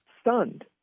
stunned